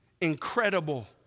Incredible